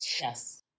Yes